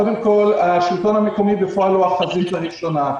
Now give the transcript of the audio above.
קודם כול, השלטון המקומי בפועל הוא החזית הראשונה,